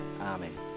amen